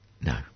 No